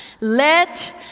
Let